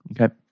Okay